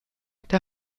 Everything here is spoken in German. der